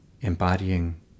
embodying